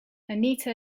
anita